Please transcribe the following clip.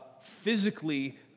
physically